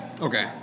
okay